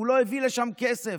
שהוא לא הביא לשם כסף,